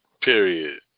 Period